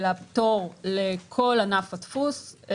לפטור לכל ענף הדפוס,